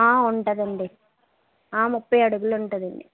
ఉంటుంది అండి ముప్పై అడుగులు ఉంటుంది అండి